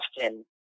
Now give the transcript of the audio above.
often